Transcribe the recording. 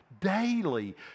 daily